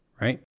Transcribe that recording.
right